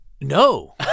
No